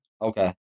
Okay